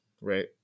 right